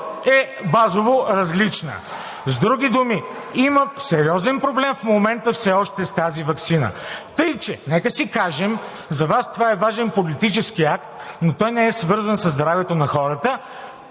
е базово различна. С други думи има сериозен проблем в момента все още с тази ваксина. Така че нека си кажем, за Вас това е важен политически акт, но той не е свързан със здравето на хората.